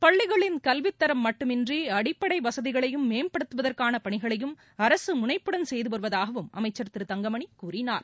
பள்ளிகளின் கல்வித்தரம் மட்டுமின்றி அடிப்படை வசதிகளையும் மேம்படுத்துவதற்கான பணிகளையும் அரசு முனைப்புடன் செய்து வருவதாகவும் அமைச்சர் திரு தங்கமணி கூறினார்